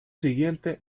siguiente